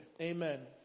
Amen